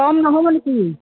কম নহ'ব নেকি